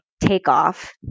takeoff